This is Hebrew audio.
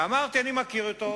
אמרתי: אני מכיר אותו,